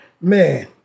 Man